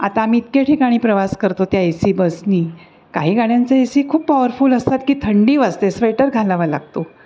आता आम्ही इतक्या ठिकाणी प्रवास करतो त्या ए सी बसने काही गाड्यांचा ए सी खूप पॉवरफुल असतात की थंडी वाजते स्वेटर घालावा लागतो